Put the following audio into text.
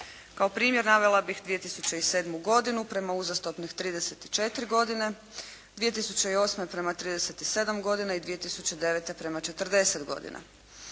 Kao primjer navela bih 2007. godinu prema uzastopnih 34 godine. 2008. godine prema 37 godina i 2009. prema 40 godina.